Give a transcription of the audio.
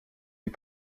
des